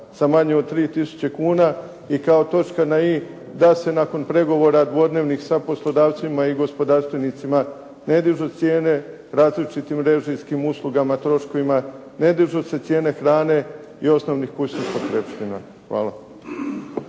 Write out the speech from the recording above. sa manje od 3000 kuna. I kao točka na i, da se nakon pregovora dvodnevnih sa poslodavcima i gospodarstvenicima ne dižu cijene različitim režijskim uslugama, troškovima, ne dižu se cijene hrane i osnovnih kućnih potrepština. Hvala.